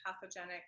pathogenic